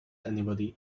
anybody